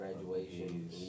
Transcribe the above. Graduation